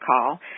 call